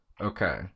Okay